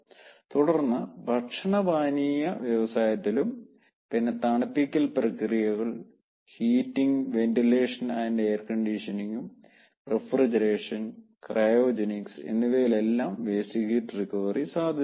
തുടർന്ന് ഭക്ഷണപാനീയ വ്യവസായത്തിലും പിന്നെ തണുപ്പിക്കൽ പ്രക്രിയകൾ ഹീറ്റിങ് വെൻ്റിലേഷൻ ആൻഡ് എയർ കണ്ടീഷനിംഗും റഫ്രിജറേഷൻ ക്രയോജനിക്സ് എന്നിവയിൽ എല്ലാം വേസ്റ്റ് ഹീറ്റ് റിക്കവറി സാധ്യതകൾ ഉണ്ട്